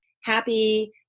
happy